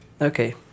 Okay